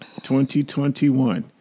2021